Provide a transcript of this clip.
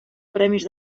premis